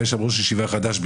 יש ראש ישיבה חדש בירוחם,